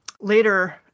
later